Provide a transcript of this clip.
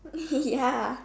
ya